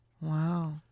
Wow